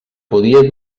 podia